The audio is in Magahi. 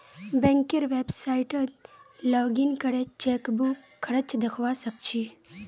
बैंकेर वेबसाइतट लॉगिन करे चेकबुक खर्च दखवा स ख छि